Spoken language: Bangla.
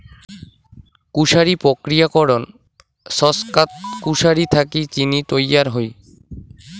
কুশারি প্রক্রিয়াকরণ ছচকাত কুশারি থাকি চিনি তৈয়ার হই